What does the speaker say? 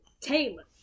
Taylor